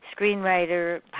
screenwriter